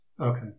Okay